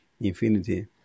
infinity